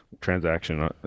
transaction